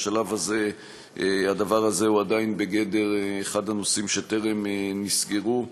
בשלב הזה הדבר הזה הוא עדיין בגדר אחד הנושאים שטרם נסגרו,